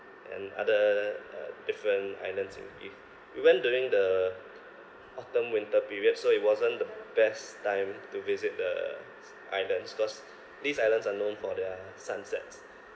and other uh different islands in greece we went during the autumn winter period so it wasn't the best time to visit the islands cause these islands are known for their sunsets